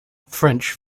french